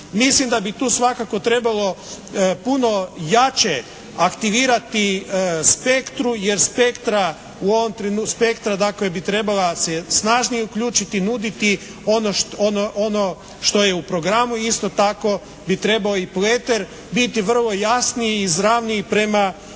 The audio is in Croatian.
Mislim da bi tu svakako trebalo puno jače aktivirati spektru, jer spektra u ovom trenutku, spektra dakle bi trebala se snažnije uključiti, nuditi ono što je u programu i isto tako bi trebao i pleter biti vrlo jasniji i izravniji prema